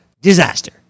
disaster